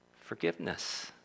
forgiveness